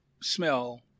smell